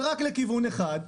ותמיד לכיוון אחד.